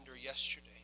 yesterday